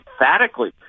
emphatically